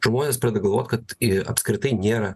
žmonės pradeda galvot kad apskritai nėra